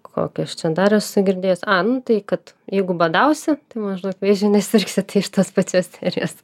kokį aš čia dar esu girdėjus a nu tai kad jeigu badausi tai maždaug vėžiu nesirgsi tai tas pačias serijas